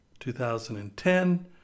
2010